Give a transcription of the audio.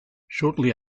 shortly